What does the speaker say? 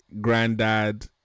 granddad